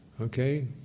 Okay